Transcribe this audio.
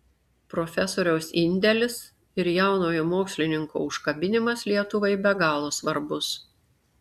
profesoriaus indelis ir jaunojo mokslininko užkabinimas lietuvai be galo svarbus